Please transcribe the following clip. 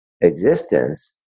existence